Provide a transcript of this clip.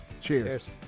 Cheers